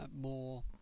more